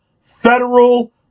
federal